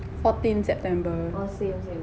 fourteen september